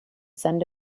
send